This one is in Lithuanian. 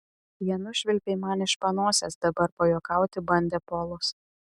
ją nušvilpei man iš panosės dabar pajuokauti bandė polas